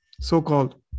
so-called